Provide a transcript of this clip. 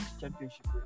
championship